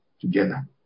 together